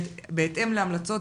בהתאם להמלצות